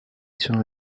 sono